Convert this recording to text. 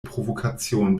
provokation